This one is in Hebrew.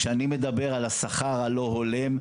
כשאני מדבר על השכר הלא הולם,